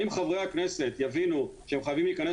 אם חברי הכנסת יבינו שהם חייבים להיכנס